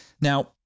Now